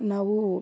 ನಾವು